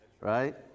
right